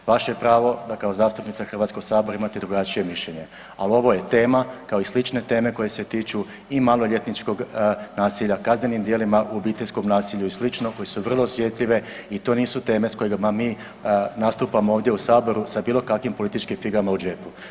Vaše je pravo da kao zastupnica HS imate drugačije mišljenje, al ovo je tema kao i slične teme koje se tiču i maloljetničkog nasilja, kaznenim djelima, u obiteljskom nasilju i slično koje su vrlo osjetljive i to nisu teme s kojima mi nastupamo ovdje u saboru sa bilo kakvim političkim figama u džepu.